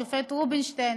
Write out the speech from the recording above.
השופט רובינשטיין,